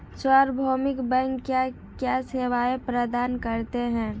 सार्वभौमिक बैंक क्या क्या सेवाएं प्रदान करते हैं?